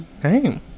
hey